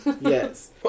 Yes